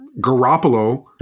Garoppolo